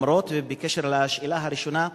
בעניין השאלה הראשונה,